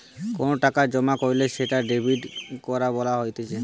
কোনো টাকা জমা কইরলে সেটা ডেবিট করা বলা হতিছে